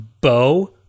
Bow